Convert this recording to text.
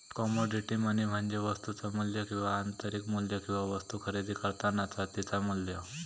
commodity money म्हणजे वस्तुचा मू्ल्य किंवा आंतरिक मू्ल्य किंवा वस्तु खरेदी करतानाचा तिचा मू्ल्य